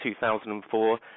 2004